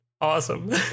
Awesome